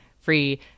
free